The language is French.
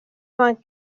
vingt